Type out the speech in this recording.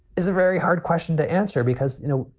is a very hard question to answer, because, you know,